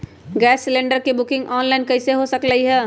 Gas cylinder के booking online कईसे हो सकलई ह?